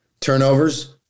turnovers